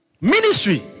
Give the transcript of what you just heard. Ministry